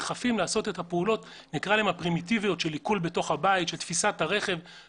עונה לי עובדת של חברת מילגם.